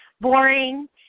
boring